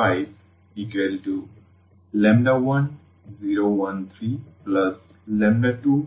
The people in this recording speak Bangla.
4 3 5 10 1 3 22